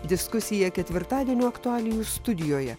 diskusija ketvirtadienio aktualijų studijoje